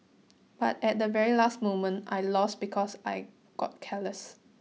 but at the very last moment I lost because I got careless